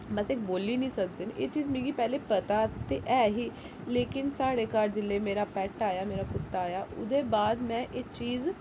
बस इक बोली नी सकदे एह् चीज मिगी पैह्ले पता ते ऐ ही लेकिन साढ़े घर जेल्लै मेरा पैट आया मेरा कुत्ता आया ओह्दे बाद मैं एह चीज